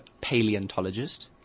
paleontologist